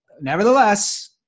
nevertheless